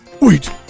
Wait